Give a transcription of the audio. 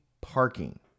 parking